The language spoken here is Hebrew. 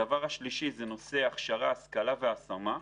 הדבר השלישי זה נושא הכשרה, השכלה והשמה.